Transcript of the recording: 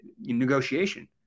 negotiation